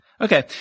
Okay